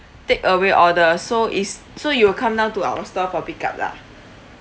take away orders so is so you will come down to our store for pick up lah